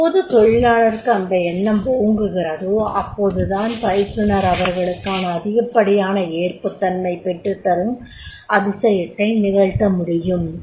எப்போது தொழிலாளருக்கு அந்த எண்ணம் ஓங்குகிறதோ அப்போது தான் பயிற்றுனர் அவர்களுக்கான அதிகப்படியான ஏற்புத்தன்மை பெற்றுத்தரும் அதிசயத்தை நிகழ்த்த முடியும்